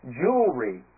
jewelry